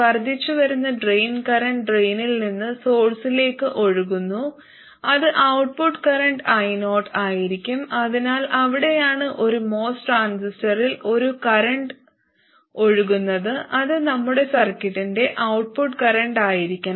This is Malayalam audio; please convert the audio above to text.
വർദ്ധിച്ചുവരുന്ന ഡ്രെയിൻ കറന്റ് ഡ്രെയിനിൽ നിന്ന് സോഴ്സിലേക്ക് ഒഴുകുന്നു അത് ഔട്ട്പുട്ട് കറന്റ് io ആയിരിക്കും അതിനാൽ അവിടെയാണ് ഒരു MOS ട്രാൻസിസ്റ്ററിൽ ഒരു കറന്റ് ഒഴുകുന്നത് അത് നമ്മുടെ സർക്യൂട്ടിന്റെ ഔട്ട്പുട്ട് കറന്റായിരിക്കണം